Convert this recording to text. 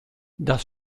das